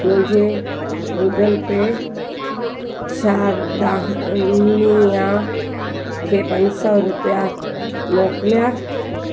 मुंहिंजे Google Pay छा दानिआ खे पंज सौ रुपिया मोकिलिया